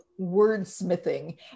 wordsmithing